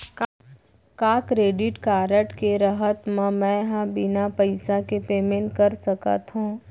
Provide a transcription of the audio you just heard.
का credit card के रहत म, मैं ह बिना पइसा के पेमेंट कर सकत हो?